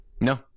No